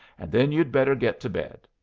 and then you'd better get to bed.